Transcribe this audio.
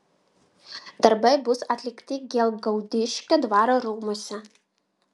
darbai bus atlikti gelgaudiškio dvaro rūmuose